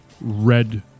red